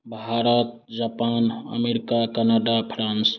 Bharat Japan America Canada France